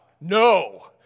no